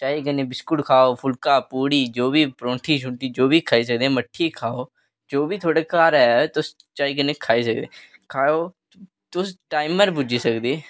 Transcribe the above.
चाही कन्नै बिस्कुट खाओ फुलका पूड़ी जो बी परौंठी शरोंठी जो बी खाई सकदे मट्ठी खाओ जो बी थुआढ़े घर ऐ तुस चाही कन्नै खाई सकदे ओ खाओ तुस टाइम उप्पर पुज्जी सकदे ओ